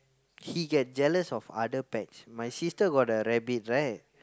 he get jealous of other pets my sister got the rabbits right